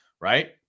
Right